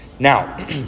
Now